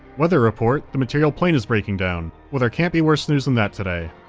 weather report the material plain is breaking down. well, there can't be worse news than that today.